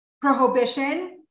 prohibition